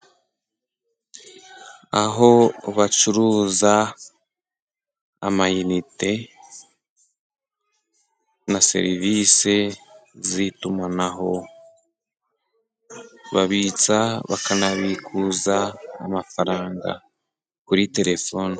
Aho bacuruza amayinite na serivise z'itumanaho babitsa, bakanabikuza amafaranga kuri telefone.